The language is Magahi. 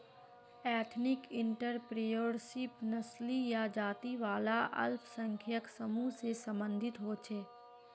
एथनिक इंटरप्रेंयोरशीप नस्ली या जाती वाला अल्पसंख्यक समूह से सम्बंधित होछे